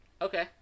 okay